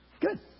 Good